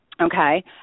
okay